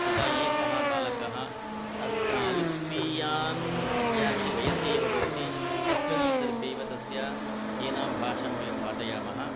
यदा एकः बालकः अल्पीयान् या अस्य वयसि एव भवति तस्मिन् सन्दर्भेव तस्य एनां भाषां वयं पाठयामः